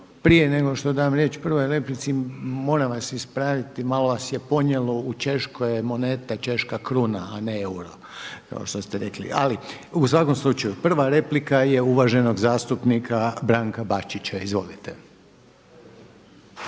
prije nego što dam riječ prvoj replici moram vas ispraviti, malo vas je ponijelo, u Češkoj je moneta češka kruna, a ne euro, to ste rekli. Ali u svakom slučaju prva replika je uvaženog zastupnika Branka Bačića. Izvolite.